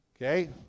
Okay